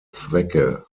zwecke